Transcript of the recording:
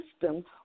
system